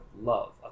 love